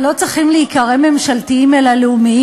החליפו מאמן.